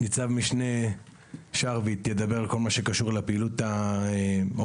ניצב משנה שרביט ידבר על כל מה שקשור לפעילות האופרטיבית,